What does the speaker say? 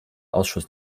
ausschuss